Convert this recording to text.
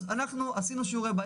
אז עשינו שיעורי בית.